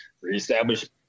reestablish